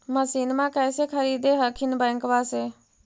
मसिनमा कैसे खरीदे हखिन बैंकबा से?